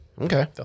Okay